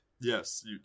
Yes